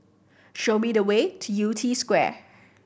show me the way to Yew Tee Square